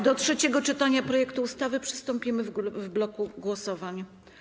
Do trzeciego czytania projektu ustawy przystąpimy w bloku głosowań.